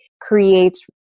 creates